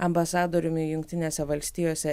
ambasadoriumi jungtinėse valstijose